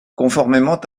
conformément